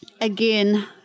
Again